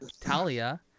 Talia